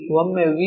P ಒಮ್ಮೆ V